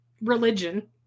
Religion